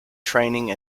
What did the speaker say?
training